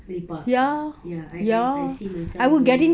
lepak ya ya ya I see myself